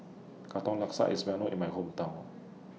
Katong Laksa IS Well known in My Hometown